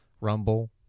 Rumble